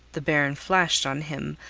the baron flashed on him,